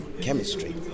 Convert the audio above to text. chemistry